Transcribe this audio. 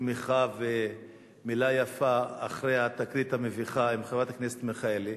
תמיכה ומלה יפה אחרי התקרית המביכה עם חברת הכנסת מיכאלי,